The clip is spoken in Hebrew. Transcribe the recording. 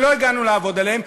שלא הגענו לעבוד אתם,